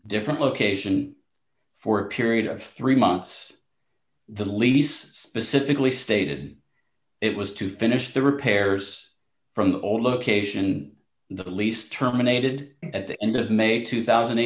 different location for a period of three months the lease specifically stated it was to finish the repairs from the old location the least terminated at the end of may two thousand